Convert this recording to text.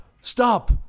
stop